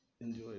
Enjoy